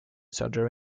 surgery